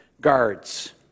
guards